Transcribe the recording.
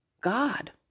God